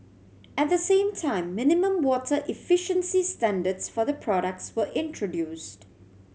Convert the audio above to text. at the same time minimum water efficiency standards for the products were introduced